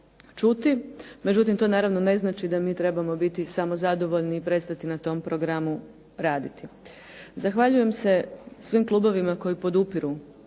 čuti. Međutim to naravno ne znači da mi trebamo biti samo zadovoljni i prestati na tom programu raditi. Zahvaljujem se svim klubovima koji podupiru